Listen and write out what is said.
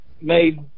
made